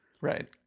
right